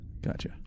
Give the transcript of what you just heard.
Gotcha